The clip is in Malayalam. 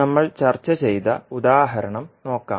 നമ്മൾ ചർച്ച ചെയ്ത ഉദാഹരണം നോക്കാം